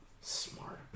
Smart